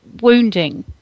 wounding